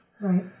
Right